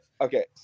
okay